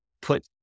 put